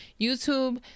YouTube